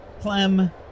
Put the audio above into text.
Clem